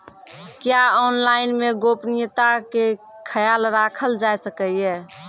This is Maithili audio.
क्या ऑनलाइन मे गोपनियता के खयाल राखल जाय सकै ये?